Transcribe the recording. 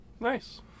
Nice